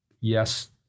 yes